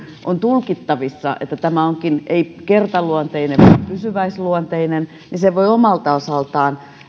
on tulkittavissa että tämä ei olekaan kertaluonteinen vaan pysyväisluonteinen niin se voi omalta osaltaan